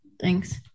Thanks